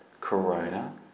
Corona